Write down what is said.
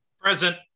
present